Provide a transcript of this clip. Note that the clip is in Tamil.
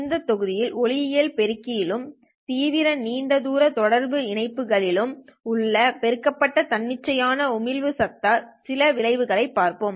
இந்த தொகுதியில் ஒளியியல் பெருக்கி தீவிர நீண்ட தூர தொடர்பு இணைப்புகள் களிலும் உள்ள பெருக்கப்பட்ட தன்னிச்சையான உமிழ்வு சத்தம் சில விளைவுகளைப் பார்ப்போம்